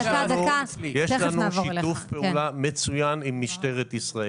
יש לנו שיתוף פעולה מצוין עם משטרת ישראל.